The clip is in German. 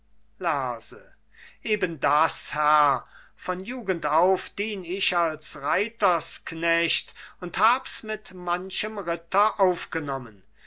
lerse eben das herr von jugend auf dien ich als reitersknecht und hab's mit manchem ritter aufgenommen